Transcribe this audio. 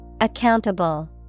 Accountable